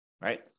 right